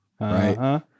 Right